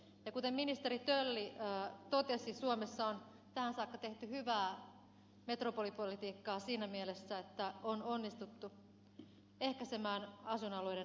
ja kuten ministeri tölli totesi suomessa on tähän saakka tehty hyvää metropolipolitiikkaa siinä mielessä että on onnistuttu ehkäisemään asuinalueiden eriytymistä